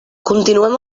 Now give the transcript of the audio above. continuem